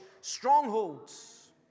strongholds